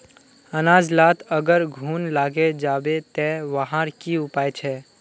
अनाज लात अगर घुन लागे जाबे ते वहार की उपाय छे?